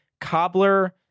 cobbler